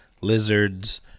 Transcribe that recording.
lizards